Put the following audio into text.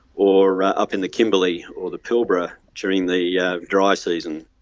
or up in the kimberley or the pilbara during the yeah dry season.